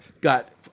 got